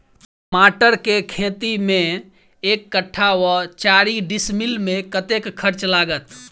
टमाटर केँ खेती मे एक कट्ठा वा चारि डीसमील मे कतेक खर्च लागत?